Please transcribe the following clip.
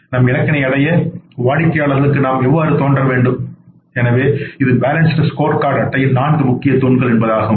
நம் இலக்கினை அடைய வாடிக்கையாளர்களுக்கு நாம் எவ்வாறு தோன்ற வேண்டும்எனவே இது பேலன்ஸ்டு ஸ்கோர் கார்டு அட்டையின் நான்கு முக்கியமான தூண்கள் என்பதாகும்